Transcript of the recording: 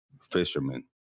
fishermen